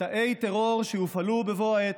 תאי טרור שיופעלו בבוא העת.